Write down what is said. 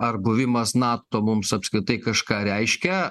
ar buvimas nato mums apskritai kažką reiškia